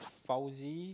Fauzi